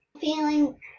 Feeling